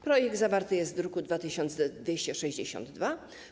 Projekt zawarty jest w druku nr 2262.